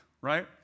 right